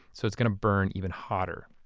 so it's going to burn even hotter.